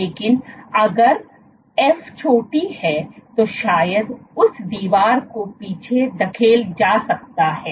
लेकिन अगर f छोटी है तो शायद उस दीवार को पीछे धकेला जा सकता है